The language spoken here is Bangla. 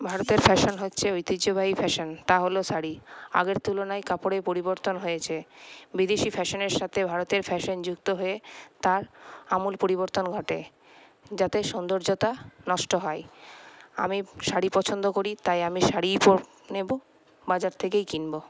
ভারতের ফ্যাশান হচ্ছে ঐতিহ্যবাহী ফ্যাশান তা হল শাড়ি আগের তুলনায় কাপড়ের পরিবর্তন হয়েছে বিদেশি ফ্যাশানের সাথে ভারতের ফ্যাশান যুক্ত হয়ে তার আমূল পরিবর্তন ঘটে যাতে সৌন্দর্যতা নষ্ট হয় আমি শাড়ি পছন্দ করি তাই আমি শাড়িই নেব বাজার থেকেই কিনবো